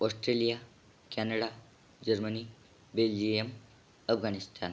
Australia Canada Germany Belgium Afghanistan